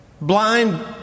blind